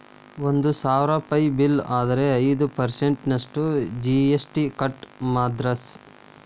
ಒಂದ್ ಸಾವ್ರುಪಯಿ ಬಿಲ್ಲ್ ಆದ್ರ ಐದ್ ಪರ್ಸನ್ಟ್ ನಷ್ಟು ಜಿ.ಎಸ್.ಟಿ ಕಟ್ ಮಾದ್ರ್ಸ್